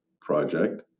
project